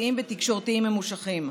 משפטיים ותקשורתיים ממושכים,